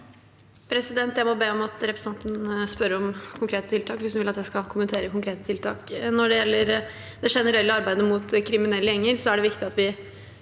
Jeg må be om at representanten spør om konkrete tiltak hvis hun vil at jeg skal kommentere konkrete tiltak. Når det gjelder det generelle arbeidet mot kriminelle gjenger, er det viktig at vi